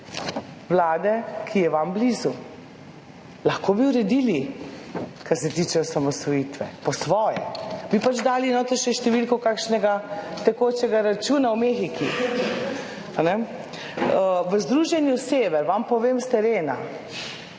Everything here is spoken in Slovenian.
vlade, ki je vam blizu. Lahko bi uredili, kar se tiče osamosvojitve, po svoje, bi pač dali noter še številko kakšnega tekočega računa v Mehiki, ali ne? V združenju Sever, vam povem s terena